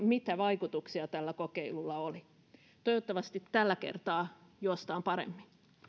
mitä vaikutuksia tällä kokeilulla on toivottavasti tällä kertaa juostaan paremmin